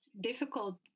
difficult